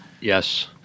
Yes